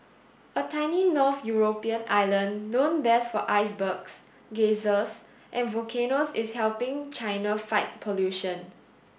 a tiny north European island known best for icebergs geysers and volcanoes is helping China fight pollution